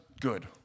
good